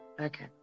Okay